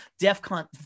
DEFCON